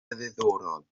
ddiddorol